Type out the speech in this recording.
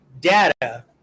data